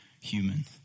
human